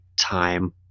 time